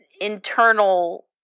internal